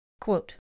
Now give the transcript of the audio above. Quote